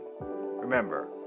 Remember